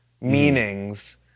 meanings